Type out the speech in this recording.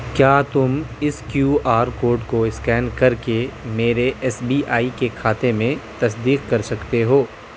کیا تم اس کیو آر کوڈ کو اسکین کر کے میرے ایس بی آئی کے کھاتے میں تصدیق کر سکتے ہو